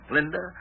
Linda